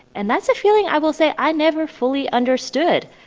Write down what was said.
and that's a feeling, i will say, i never fully understood.